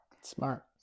Smart